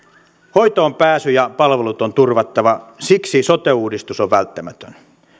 hoitoon pääsy ja palvelut on turvattava siksi sote uudistus on välttämätön